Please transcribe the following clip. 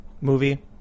movie